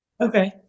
Okay